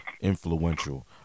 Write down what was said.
influential